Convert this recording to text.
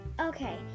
Okay